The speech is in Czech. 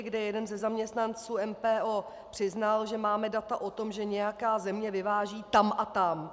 , kdy jeden ze zaměstnanců MPO přiznal, že máme data o tom, že nějaká země vyváží tam a tam.